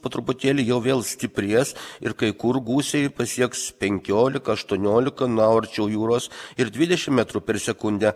po truputėlį jau vėl stiprės ir kai kur gūsiai pasieks penkiolika aštuoniolika na o arčiau jūros ir dvidešim metrų per sekundę